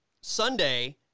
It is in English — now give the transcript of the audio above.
Sunday